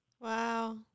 Wow